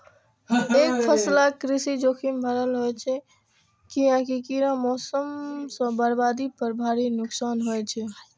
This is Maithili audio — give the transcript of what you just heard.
एकफसला कृषि जोखिम भरल होइ छै, कियैकि कीड़ा, मौसम सं बर्बादी पर भारी नुकसान होइ छै